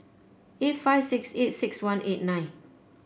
eight five six eight six one eight nine